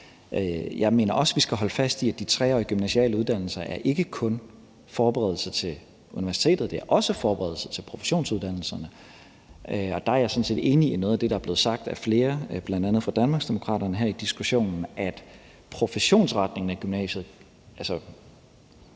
Jeg mener også, vi skal holde fast i, at de 3-årige gymnasiale uddannelser ikke kun er forberedelse til universitetet. De er også forberedelse til professionsuddannelserne. Og der er jeg sådan set enig i noget af det, der er blevet sagt af flere, bl.a. fra Danmarksdemokraterne, her i diskussionen, nemlig at professionsretningen af gymnasiet, altså